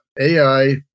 AI